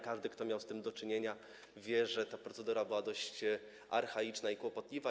Każdy, kto miał z tym do czynienia, wie, że ta procedura była dość archaiczna i kłopotliwa.